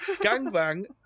gang-bang